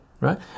right